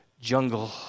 jungle